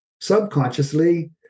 subconsciously